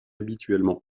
habituellement